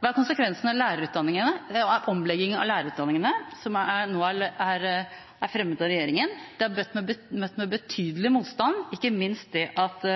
Hva er konsekvensene av omleggingen av lærerutdanningene, som nå er fremmet av regjeringen? Det har blitt møtt med betydelig motstand, ikke minst det at